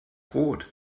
rot